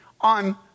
on